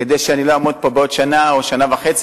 כדי שלא אעמוד פה בעוד שנה או שנה וחצי